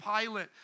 Pilate